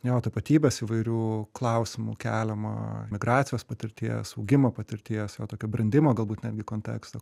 jo tapatybės įvairių klausimų keliama migracijos patirties augimo patirties tokio brendimo galbūt netgi konteksto